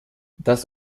das